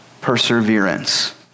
perseverance